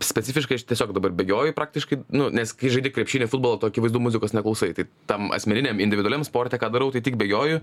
specifiškai aš tiesiog dabar bėgioju praktiškai nu nes kai žaidi krepšinį futbolą tu akivaizdu muzikos neklausai tai tam asmeniniam individualiam sporte ką darau tai tik bėgioju